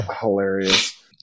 hilarious